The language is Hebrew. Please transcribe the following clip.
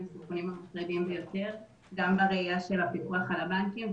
היא בין הסיכונים המטרידים ביותר גם בראייה של הפיקוח על הבנקים,